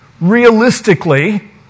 realistically